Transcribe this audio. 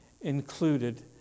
included